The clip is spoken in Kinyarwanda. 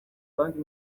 banki